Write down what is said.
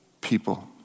people